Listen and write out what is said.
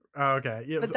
Okay